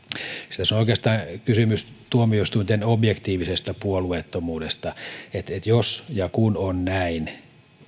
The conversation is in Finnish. tässä on oikeastaan kysymys tuomioistuinten objektiivisesta puolueettomuudesta jos ja kun on näin